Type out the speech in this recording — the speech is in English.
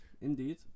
indeed